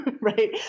right